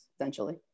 Essentially